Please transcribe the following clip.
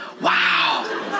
Wow